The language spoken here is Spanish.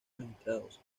magistrados